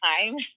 time